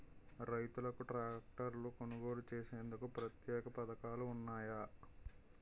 రైతులకు ట్రాక్టర్లు కొనుగోలు చేసేందుకు ప్రత్యేక పథకాలు ఉన్నాయా?